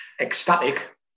ecstatic